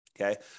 okay